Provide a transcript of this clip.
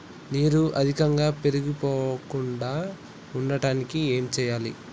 నీరు అధికంగా పేరుకుపోకుండా ఉండటానికి ఏం చేయాలి?